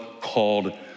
called